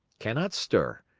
cannot stir,